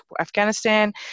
Afghanistan